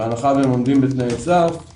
בהנחה והם עומדים בתנאי הסף אז